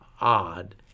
odd